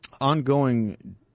ongoing